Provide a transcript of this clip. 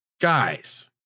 guys